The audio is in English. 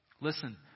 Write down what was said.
Listen